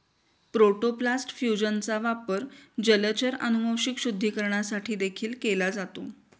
protoplast फ्यूजनचा वापर जलचर अनुवांशिक शुद्धीकरणासाठी देखील केला जातो